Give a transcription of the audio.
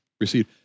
received